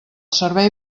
servei